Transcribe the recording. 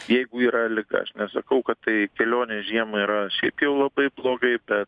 jeigu yra liga aš nesakau kad tai kelionė žiemą yra šiaip jau labai blogai bet